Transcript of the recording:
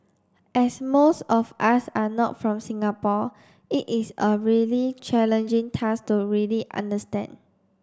as most of us are not from Singapore it is a really challenging task to really understand